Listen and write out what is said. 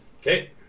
Okay